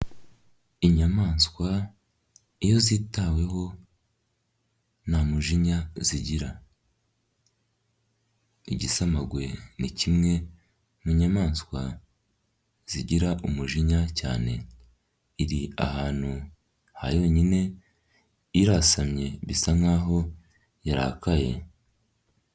Inyamanswa iyo zitaweho nta mujinya zigira, igisamagwe ni kimwe mu nyamanswa zigira umujinya cyane, iri ahantu ha yonyine irasamye bisa nk'aho yarakaye.